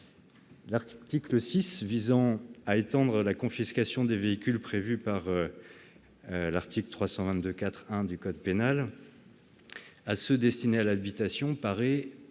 L'article 6, qui vise à étendre la confiscation des véhicules prévue par l'article 322-4-1 du code pénal à ceux destinés à l'habitation paraît